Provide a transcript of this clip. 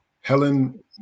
Helen